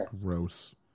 Gross